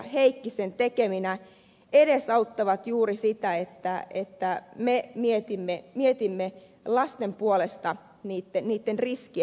heikkisen tekeminä edesauttavat juuri sitä että me mietimme lasten puolesta niitten riskien hallintaa